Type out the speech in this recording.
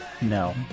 no